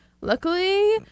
luckily